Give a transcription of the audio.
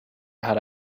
had